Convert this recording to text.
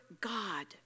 God